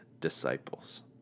disciples